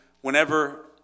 whenever